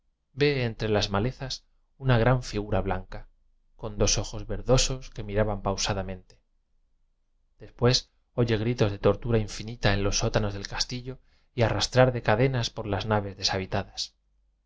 entre las malezas una gran figura blanca con dos ojos ver dosos que miraban pausadamente después oye gritos de tortura infinita en los sótanos del castillo y arrastrar de cadenas por las naves deshabitadas